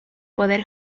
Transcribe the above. poder